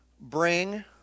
Bring